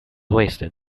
wasted